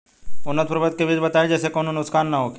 उन्नत प्रभेद के बीज बताई जेसे कौनो नुकसान न होखे?